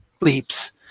bleeps